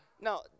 Now